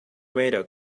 vader